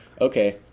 Okay